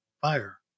fire